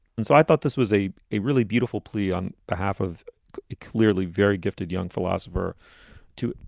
and so i thought this was a a really beautiful plea on behalf of a clearly very gifted young philosopher to